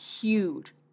huge